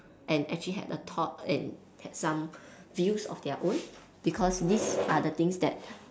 and actually have a thought and have some views of their own because these are the things that